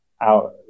out